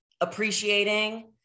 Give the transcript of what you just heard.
appreciating